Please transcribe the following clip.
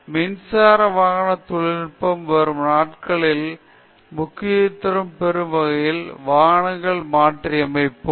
மின்சாரம் வாகன தொழில்நுட்பம் வரும் நாட்களில் முக்கியத்துவம் பெறும்வகையில் வாகனங்களை மாற்றியமைப்போம்